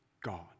God